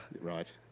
Right